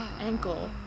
ankle